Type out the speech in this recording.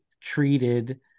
treated